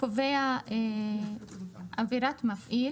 קובע עבירת מפעיל